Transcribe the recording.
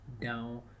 down